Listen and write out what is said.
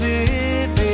Living